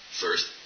First